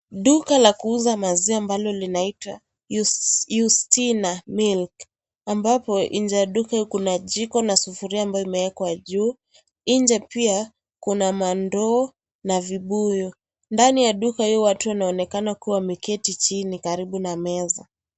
Duka la kuuza maziwa ambalo linaitwa Yatina Milk. Ambapo nje ya duka kuna jiko na sufuria ambayo imewekwa juu. Nje pia kuna nmandoo na vibuyu. Ndani ya duka hii watu wanaonekana wakiwa wameketi chini karibu na meza.